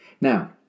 now